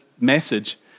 message